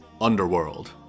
Underworld